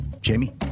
Jamie